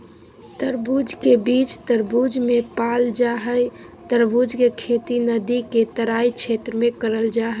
तरबूज के बीज तरबूज मे पाल जा हई तरबूज के खेती नदी के तराई क्षेत्र में करल जा हई